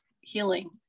healing